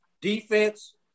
defense